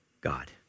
God